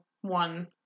one